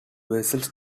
vessels